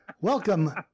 welcome